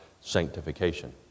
sanctification